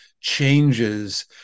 changes